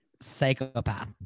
Psychopath